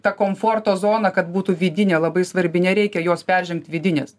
ta komforto zona kad būtų vidinė labai svarbi nereikia jos peržengt vidinės